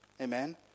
Amen